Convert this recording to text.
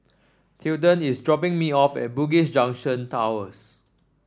Tilden is dropping me off at Bugis Junction Towers